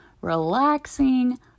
relaxing